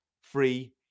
free